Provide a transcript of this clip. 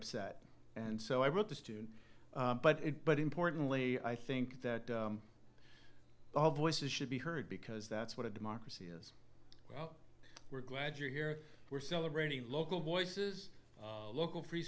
upset and so i wrote the student but it but importantly i think that all voices should be heard because that's what a democracy is well we're glad you're here we're celebrating local voices local free